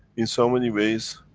in so many ways,